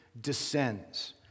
descends